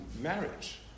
marriage